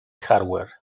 hardware